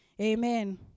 Amen